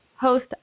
host